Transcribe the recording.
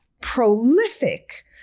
prolific